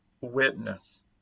witness